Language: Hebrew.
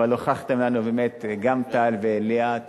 אבל הוכחתם לנו באמת, גם טל וליאת